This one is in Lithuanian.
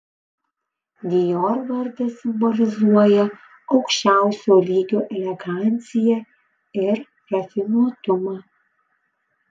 dior vardas simbolizuoja aukščiausio lygio eleganciją ir rafinuotumą